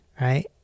Right